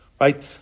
Right